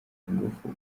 ingufu